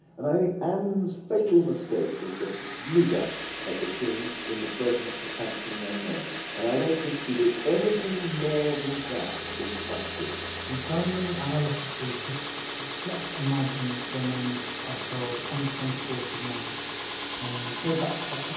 and i think anne's fatal mistake was to snigger at the king in the presence of handsome young men and i don't think she did anything more than that in practice. we've done the analytical history let's imagine for a moment ourselves on the twenty fourth of may and go back to that.